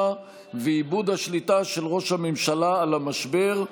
ואיבוד השליטה של ראש הממשלה על המשבר.